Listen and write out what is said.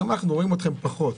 שם אנחנו רואים אתכם פחות.